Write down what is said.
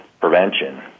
prevention